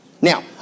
Now